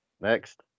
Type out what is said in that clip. Next